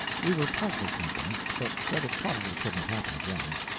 we were partly convinced, but said it probably couldn't happen again.